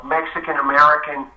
Mexican-American